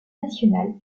nationale